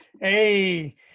Hey